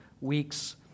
weeks